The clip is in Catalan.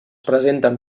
presenten